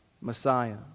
Messiah